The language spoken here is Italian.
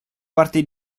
parte